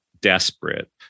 desperate